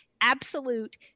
absolute